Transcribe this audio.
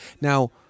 Now